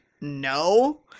no